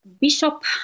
bishop